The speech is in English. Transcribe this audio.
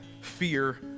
fear